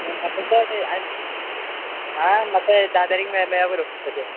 आतां चड आ म्हाका हे धा तारीक मेळ मेळ्या बरो तशें